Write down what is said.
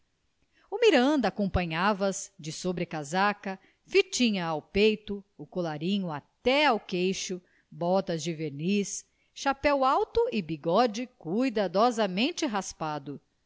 miranda acompanhava as de sobrecasaca fitinha ao peito o colarinho até ao queixo botas de verniz chapéu alto e bigode cuidadosamente raspado